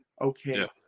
Okay